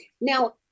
Now